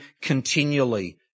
continually